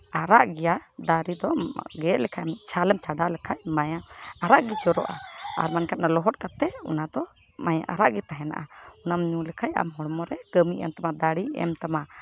ᱟᱨᱟᱜ ᱜᱮᱭᱟ ᱫᱟᱨᱮ ᱫᱚ ᱜᱮᱫ ᱞᱮᱠᱷᱟᱱ ᱪᱷᱟᱞᱮᱢ ᱪᱷᱟᱰᱟᱣ ᱞᱮᱠᱷᱟᱡ ᱢᱟᱭᱟᱢ ᱟᱨᱟᱜ ᱜᱮ ᱡᱚᱨᱚᱜᱼᱟ ᱟᱨ ᱵᱟᱝᱠᱷᱟᱱ ᱞᱚᱦᱚᱫ ᱠᱟᱛᱮᱫ ᱚᱱᱟ ᱫᱚ ᱢᱟᱭᱟᱢ ᱟᱨᱟᱜ ᱜᱮ ᱛᱟᱦᱮᱱᱟ ᱚᱱᱟᱢ ᱧᱩ ᱞᱮᱠᱷᱟᱡ ᱟᱢ ᱦᱚᱲᱢᱚ ᱨᱮ ᱠᱟᱹᱢᱤᱭ ᱮᱢ ᱛᱟᱢᱟ ᱫᱟᱲᱮᱭ ᱮᱢ ᱛᱟᱢᱟ